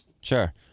Sure